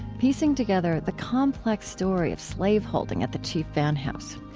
piecing together the complex story of slaveholding at the chief vann house.